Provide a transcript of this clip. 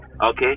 okay